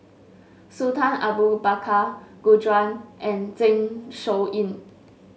Sultan Abu Bakar Gu Juan and Zeng Shouyin